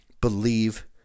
believe